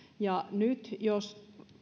nyt jos